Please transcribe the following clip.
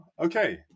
Okay